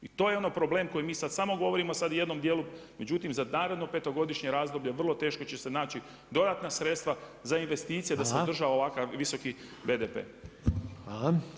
I to je ovaj problem koji mi sada samo govorimo sad o jednom djelu, međutim za naredno petogodišnje razdoblje vrlo teško će se naći dodatna sredstva za investicije da se održava ovakav visoki BDP.